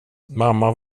mamma